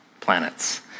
planets